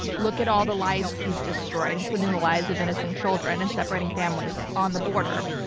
look at all the lives he's destroyed, including the lives of innocent children and separating families on the border.